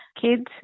kids